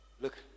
Look